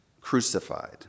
crucified